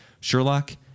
Sherlock